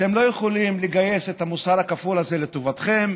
אתם לא יכולים לגייס את המוסר הכפול הזה לטובתכם,